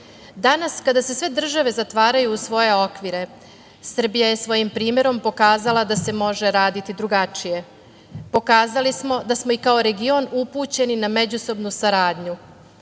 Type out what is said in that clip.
Vučić. Danas kada se sve države zatvaraju u svoje okvire, Srbija je svojim primerom pokazala da se može raditi drugačije. Pokazali smo da smo i kao region upućeni na međusobnu saradnju.